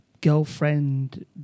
girlfriend